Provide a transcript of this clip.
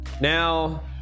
Now